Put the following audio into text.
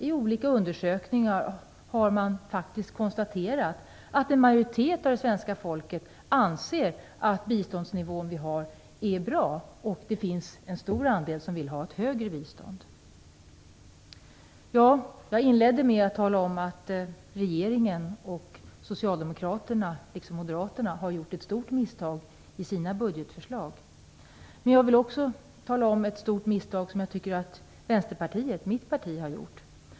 I olika undersökningar har man faktiskt konstaterat att en majoritet av det svenska folket anser att den biståndsnivå som vi har är bra, och det finns en stor andel som vill att vi skall ge ett högre bistånd. Jag inledde med att tala om att regeringen och Socialdemokraterna, liksom Moderaterna, har gjort ett stort misstag i sina budgetförslag. Men Västerpartiet, mitt parti, har också gjort ett stort misstag.